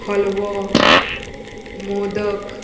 हलवो मोदक